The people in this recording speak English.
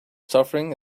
suffering